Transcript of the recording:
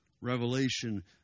Revelation